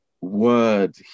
word